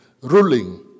ruling